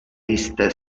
iste